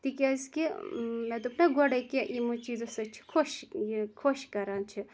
تکیازٕکہ مےٚ دوٚپ نا گۄڈَے کہ یِمو چیٖزو سۭتۍ چھ خۄش یہِ خۄش کَران چھِ